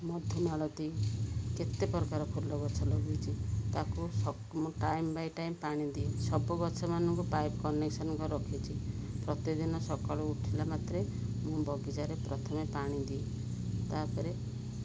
ମଧୁମାଳତି କେତେ ପ୍ରକାର ଫୁଲ ଗଛ ଲଗେଇଛି ତାକୁ ସବୁ ମୁଁ ଟାଇମ୍ ବାଇ ଟାଇମ୍ ପାଣି ଦିଏ ସବୁ ଗଛମାନଙ୍କୁ ପାଇପ୍ କନେକ୍ସନ୍ ରଖିଛି ପ୍ରତିଦିନ ସକାଳୁ ଉଠିଲା ମାତ୍ରେ ମୁଁ ବଗିଚାରେ ପ୍ରଥମେ ପାଣି ଦିଏ ତା'ପରେ